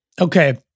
Okay